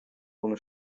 ohne